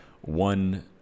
one